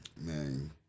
Man